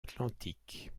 atlantique